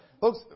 Folks